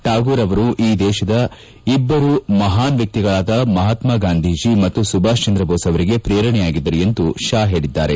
ಠಾಗೂರ್ ಅವರು ಈ ದೇಶದ ಇಬ್ಲರು ಮಹಾನ್ ವ್ಯಕ್ತಿಗಳಾದ ಮಹಾತ್ನ ಗಾಂಧೀಜಿ ಮತ್ತು ಸುಭಾಷ್ ಚಂದ್ರ ಬೋಸ್ ಅವರಿಗೆ ಪ್ರೇರಣೆಯಾಗಿದ್ದರು ಎಂದು ಶಾ ಹೇಳಿದ್ದಾರೆ